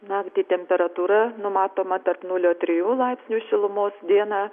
naktį temperatūra numatoma tarp nulio trijų laipsnių šilumos dieną